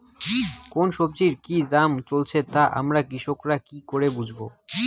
কোন সব্জির কি দাম চলছে তা আমরা কৃষক রা কি করে বুঝবো?